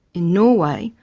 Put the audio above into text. in norway,